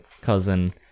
cousin